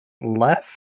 left